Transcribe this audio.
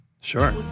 Sure